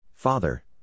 Father